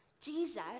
Jesus